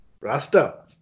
Rasta